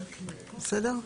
בסדר?